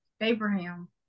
Abraham